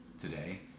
today